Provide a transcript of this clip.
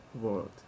world